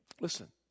Listen